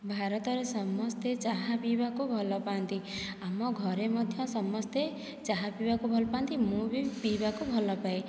ଭାରତରେ ସମସ୍ତେ ଚାହା ପିଇବାକୁ ଭଲ ପାଆନ୍ତି ଆମ ଘରେ ମଧ୍ୟ ସମସ୍ତେ ଚାହା ପିଇବାକୁ ଭଲ ପାଆନ୍ତି ମୁଁ ବି ପିଇବାକୁ ଭଲ ପାଏ